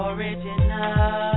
Original